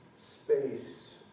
space